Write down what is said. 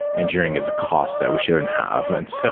engineering is a cost that we shouldn't have. and so